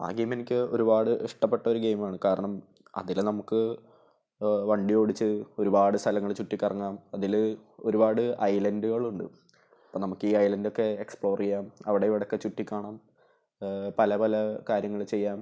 അ game എനിക്ക് ഒരുപാട് ഇഷ്ടപ്പെട്ട ഒരു ഗെയിമാണ് കാരണം അതിൽ നമ്മൾക്ക് വണ്ടിയോടിച്ച് ഒരുപാട് സ്ഥലങ്ങൾ ചുറ്റി കറങ്ങാം അതിൽ ഒരുപാട് ഐലൻ്റുകളുണ്ട് ഇപ്പം നമ്മൾക്ക് ഇ ഐലൻഡൊക്കെ എക്സ്പ്ലോർ ചെയ്യാം അവിടെ ഇവിടെ ഒക്കെ ചുറ്റി കാണാം പല പല കാര്യങ്ങൾ ചെയ്യാം